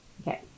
Okay